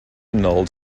annulled